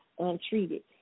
Untreated